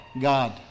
god